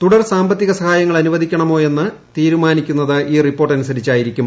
തുടർ സാമ്പത്തിക സഹായങ്ങൾ അനുവദിക്കണമോ എന്ന് തീരുമാനിക്കുന്നത് ഈ റിപ്പോർട്ട് അനുസരിച്ചായിരിക്കും